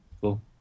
Cool